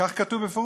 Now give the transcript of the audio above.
כך כתוב בפירוש,